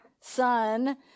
Son